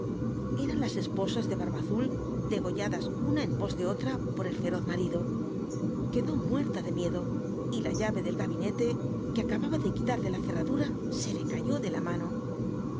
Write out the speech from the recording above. eran las e po as de llarha awl dgollada una en po de olra po el rcroz marido quctloi muerta de miedo la llave del gabinete que acababa tlt quilar de la cerradura se le ca ti de la mano